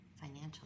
financially